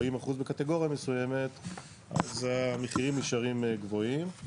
40% בקטגוריה מסוימת אז המחירים נשארים גבוהים.